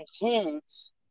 includes